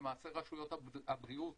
למעשה, רשויות הבריאות